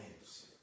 names